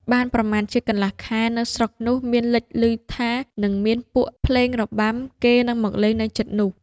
បានប្រមាណជាកន្លះខែ នៅស្រុកនោះ មានលេចឮថា នឹងមានពួកភ្លេងរបាំ គេនឹងមកលេងនៅជិតនោះ